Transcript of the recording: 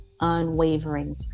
unwavering